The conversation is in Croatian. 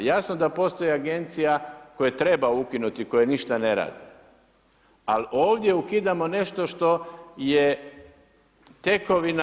Jasno da postoje agencije koje treba ukinuti koje ništa ne rade, ali ovdje ukidamo nešto što je tekovina